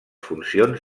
funcions